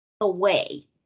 away